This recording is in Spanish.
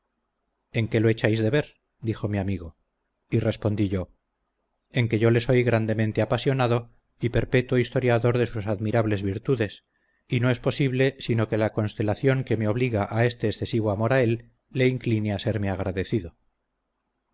en qué lo echáis de ver dijo mi amigo y respondí yo en que yo le soy grandemente apasionado y perpetuo historiador de sus admirables virtudes y no es posible sino que la constelación que me obliga a este excesivo amor a él le incline a serme agradecido